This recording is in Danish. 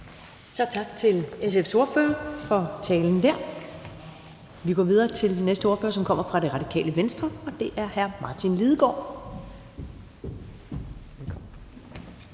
Tak til SF's ordfører for talen her. Vi går videre til næste ordfører, som kommer fra Radikale Venstre, og det er hr. Martin Lidegaard.